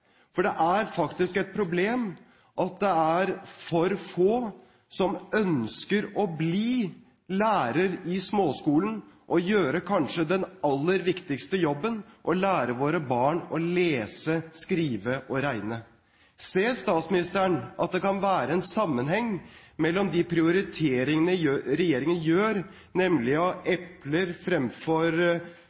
For det er faktisk et problem at det er for få som ønsker å bli lærere i småskolen og gjøre kanskje den aller viktigste jobben: å lære våre barn å lese, skrive og regne. Ser statsministeren at det kan være en sammenheng mellom de prioriteringene regjeringen gjør, nemlig å ha epler fremfor